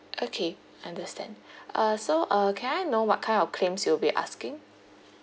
okay understand uh so uh can I know what kind of claims you'll be asking